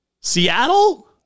Seattle